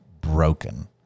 broken